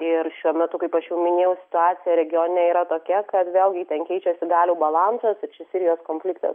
ir šiuo metu kaip aš jau minėjau situacija regione yra tokia kad vėlgi ten keičiasi galių balansas ir čia sirijos konfliktas